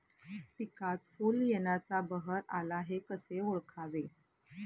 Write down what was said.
पिकात फूल येण्याचा बहर आला हे कसे ओळखावे?